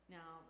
Now